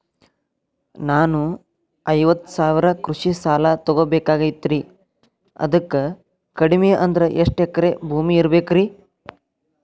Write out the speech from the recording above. ನಾನು ಐವತ್ತು ಸಾವಿರ ಕೃಷಿ ಸಾಲಾ ತೊಗೋಬೇಕಾಗೈತ್ರಿ ಅದಕ್ ಕಡಿಮಿ ಅಂದ್ರ ಎಷ್ಟ ಎಕರೆ ಭೂಮಿ ಇರಬೇಕ್ರಿ?